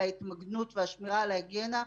על ההתמגנות ועל השמירה על ההיגיינה,